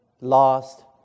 lost